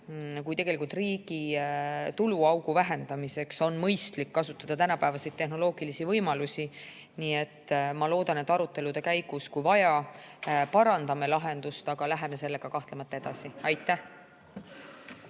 ja tegelikult ka riigi tuluaugu vähendamiseks on mõistlik kasutada tänapäevaseid tehnoloogilisi võimalusi. Ma loodan, et arutelude käigus, kui vaja, parandame lahendust, aga me läheme sellega kahtlemata edasi. Aitäh!